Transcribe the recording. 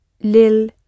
lil